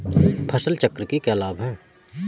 फसल चक्र के क्या लाभ हैं?